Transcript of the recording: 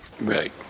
Right